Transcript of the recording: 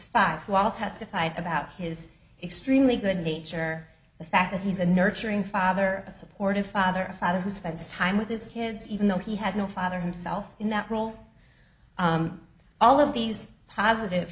five while testified about his extremely good nature the fact that he's a nurturing father a supportive father a father who spends time with his kids even though he had no father himself in that role all of these positive